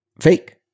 fake